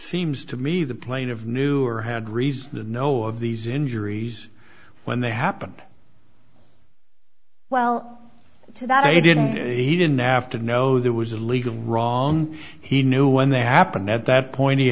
seems to me the plane of newark had reason to know of these injuries when they happened well to that he didn't he didn't have to know there was a legal wrong he knew when they happen at that point he